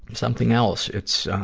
something else. it's, um,